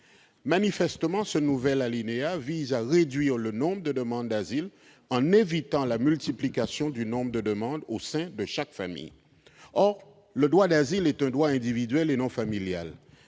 Manifestement, ce nouvel alinéa tend à réduire le nombre de demandes d'asile en évitant la multiplication des demandes au sein de chaque famille. Or le droit d'asile est un droit individuel et non familial,